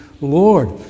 Lord